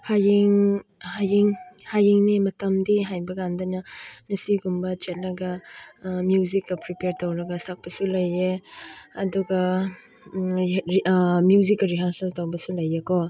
ꯍꯌꯦꯡ ꯍꯌꯦꯡ ꯍꯌꯦꯡꯅꯦ ꯃꯇꯝꯗꯤ ꯍꯥꯏꯕꯀꯥꯟꯗꯅ ꯉꯁꯤꯒꯨꯝꯕ ꯆꯠꯂꯒ ꯃ꯭ꯌꯨꯖꯤꯛꯀ ꯄ꯭ꯔꯤꯄꯦꯌꯔ ꯇꯧꯔꯒ ꯁꯛꯄꯁꯨ ꯂꯩꯌꯦ ꯑꯗꯨꯒ ꯃ꯭ꯌꯨꯖꯤꯛꯀ ꯔꯤꯍꯥꯔꯁꯦꯜ ꯇꯧꯕꯁꯨ ꯂꯩꯌꯦꯀꯣ